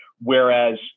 whereas